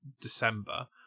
December